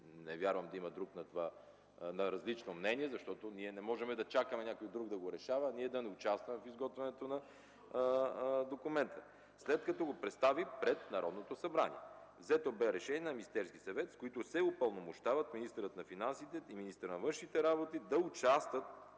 не вярвам да има друг на различно мнение, защото не можем да чакаме някой друг да го решава, а ние да не участваме в изготвянето на документа – след като го представим пред Народното събрание. Беше взето решение на Министерския съвет, с което се упълномощават министърът на финансите и министърът на външните работи да участват